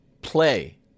play